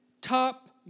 top